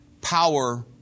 power